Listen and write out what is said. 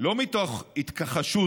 לא מתוך התכחשות,